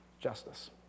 Justice